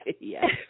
Yes